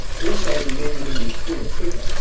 also, it'll mean you're going to be fuller quicker,